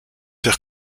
faire